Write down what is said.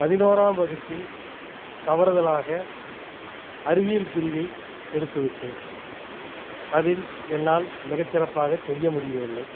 பதினோராம் வகுப்பில் தவறுதலாக அறிவியல் பிரிவை எடுத்து விட்டேன் அதில் என்னால் மிகச் சிறப்பாகச் செய்ய முடியவில்லை